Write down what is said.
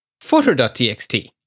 footer.txt